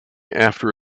after